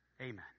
Amen